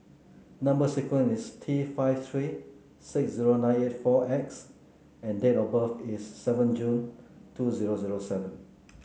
number sequence is T five three six zero nine eight four X and date of birth is seven June two zero zero seven